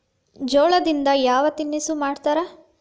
ಜೋಳದಿಂದ ಯಾವ ತಿನಸು ಮಾಡತಾರ?